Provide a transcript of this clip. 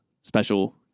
special